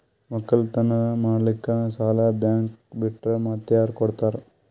ಒಕ್ಕಲತನ ಮಾಡಲಿಕ್ಕಿ ಸಾಲಾ ಬ್ಯಾಂಕ ಬಿಟ್ಟ ಮಾತ್ಯಾರ ಕೊಡತಾರ?